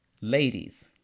Ladies